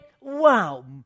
Wow